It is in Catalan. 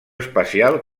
espacial